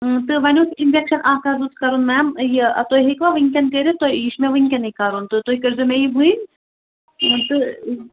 ٲں تہٕ وۅنۍ اوس اِنٛجیٚکشَن اَکھ حظ اوس کَرُن میٚم یہِ تُہی ہیٚکوا وُنکیٚن کٔرِتھ تُہی یہِ چھُ مےٚ وُنکیٚنٕے کَرُن تہٕ تُہی کٔرۍزیٚو مےٚ یہِ وُنۍ تہٕ